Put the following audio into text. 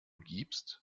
gibst